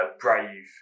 brave